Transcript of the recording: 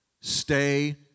Stay